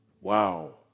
wow